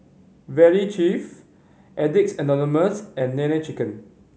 Valley Chef Addicts Anonymous and Nene Chicken